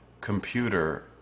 computer